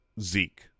Zeke